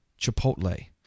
Chipotle